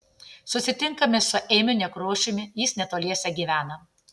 susitinkame su eimiu nekrošiumi jis netoliese gyvena